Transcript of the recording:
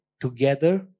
together